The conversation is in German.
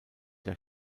der